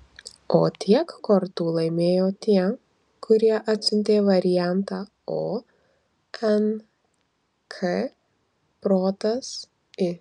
o tiek kortų laimėjo tie kurie atsiuntė variantą o n k protas i